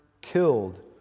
killed